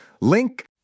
Link